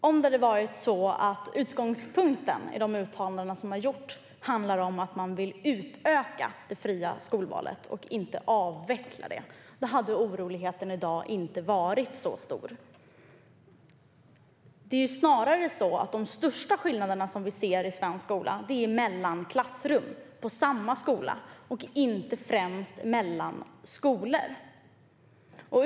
Fru talman! Om utgångspunkten i de uttalanden som gjorts hade varit att man ville utöka det fria skolvalet och inte avveckla det hade oron i dag inte varit så stor. De största skillnaderna vi ser i svensk skola är mellan klassrum på samma skola, inte främst mellan skolor.